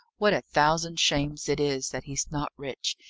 what a thousand shames it is that he's not rich!